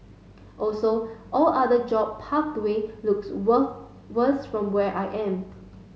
also all other job pathway looks were worse from where I am